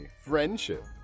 Friendship